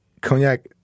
cognac